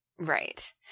Right